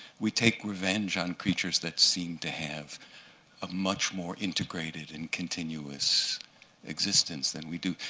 we take revenge on creatures that seem to have a much more integrated and continuous existence than we do.